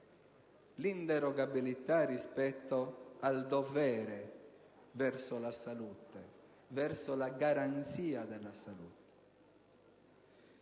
l'inderogabilità rispetto al dovere verso la salute, verso la garanzia della salute.